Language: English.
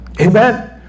Amen